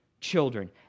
children